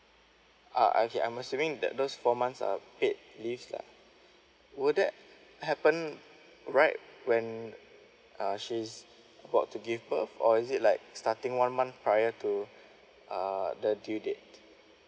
uh okay I'm assuming that those four months are paid leave lah would that happen right when uh she's about to give birth or is it like starting one month prior to uh the due date